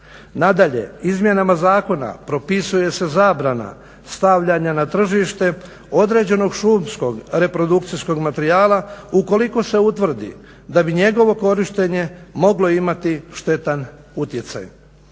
Nadalje Izmjenama zakona propisuje se zabrana stavljanja na tržište određenog šumskog reprodukcijskog materijala ukoliko se utvrdi da bi njegovo korištenje moglo imati štetan utjecaj.